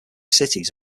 cities